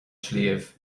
sliabh